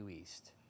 East